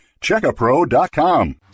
Checkapro.com